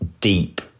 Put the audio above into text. deep